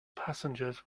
passengers